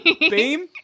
beam